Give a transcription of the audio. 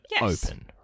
open